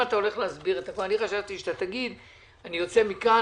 אם אתה הולך להסביר את הכול אני חשבתי שאתה תגיד: אני יוצא מכאן,